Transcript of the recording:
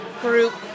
group